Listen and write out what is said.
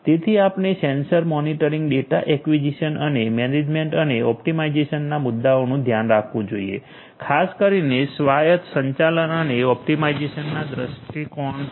તેથી આપણે sensor monitoring data acquisition અને મેનેજમેન્ટ અને ઓપ્ટિમાઇઝેશનના મુદ્દાઓનું ધ્યાન રાખવું જોઈએ ખાસ કરીને સ્વાયત્ત સંચાલન અને ઓપ્ટિમાઇઝેશનના દૃષ્ટિકોણથી